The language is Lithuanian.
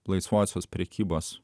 laisvosios prekybos